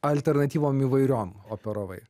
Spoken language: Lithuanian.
alternatyvom įvairiom operavai